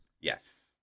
Yes